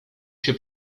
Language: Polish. się